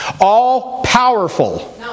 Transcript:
All-powerful